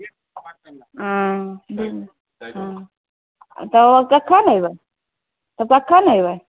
ओ तब कखनि अयबै तब कखनि अयबै